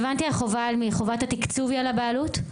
חובת התקצוב היא על הבעלות?